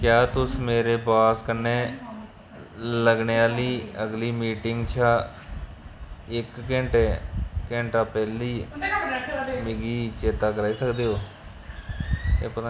क्या तुस मेरे बास कन्नै लगने आह्ली अगली मीटिंग शा इक घैंटे घैंटा पैह्ली मिगी चेता कराई सकदे ओ